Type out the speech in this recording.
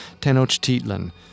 Tenochtitlan